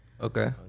Okay